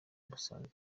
basanzwe